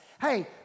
hey